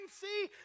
see